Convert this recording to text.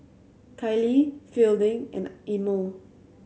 Kailee Fielding and Imo